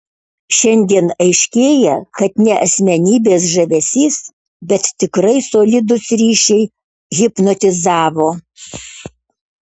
šiandien aiškėja kad ne asmenybės žavesys bet tikrai solidūs ryšiai hipnotizavo